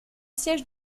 siège